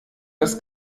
das